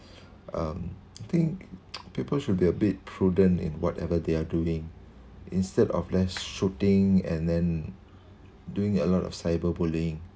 um I think people should be a bit prudent in whatever they are doing instead of them shooting and then doing a lot of cyber bullying